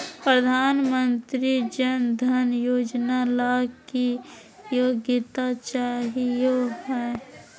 प्रधानमंत्री जन धन योजना ला की योग्यता चाहियो हे?